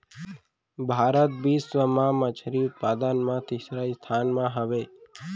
भारत बिश्व मा मच्छरी उत्पादन मा तीसरा स्थान मा हवे